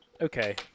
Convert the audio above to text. Okay